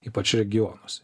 ypač regionuose